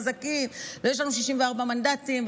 חזקים ויש לנו 64 מנדטים,